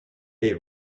des